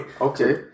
Okay